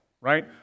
right